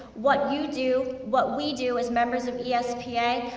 what you do, what we do, as members of yeah espa,